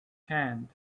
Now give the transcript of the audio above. hand